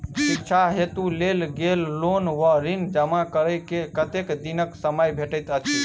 शिक्षा हेतु लेल गेल लोन वा ऋण जमा करै केँ कतेक दिनक समय भेटैत अछि?